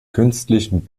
künstlichen